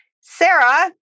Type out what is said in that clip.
Sarah